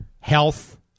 health